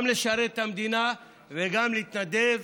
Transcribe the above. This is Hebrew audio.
גם לשרת את המדינה וגם להתנדב